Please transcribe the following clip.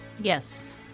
Yes